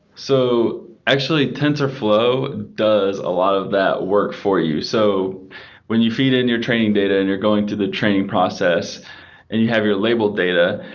so actually, tensorflow does a lot of that work for you. so when you feed in your training data and you're going to the training process and you have your labeled data,